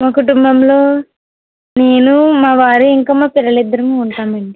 మా కుటుంబంలో నేను మా వారు ఇంకా మా పిల్లలు ఇద్దరమూ ఉంటామండి